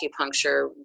acupuncture